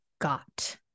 got